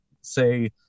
say